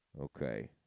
Okay